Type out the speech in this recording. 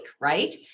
right